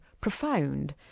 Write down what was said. profound